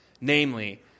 Namely